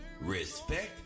respect